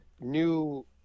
new